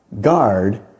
guard